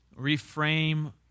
reframe